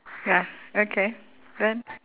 ya okay then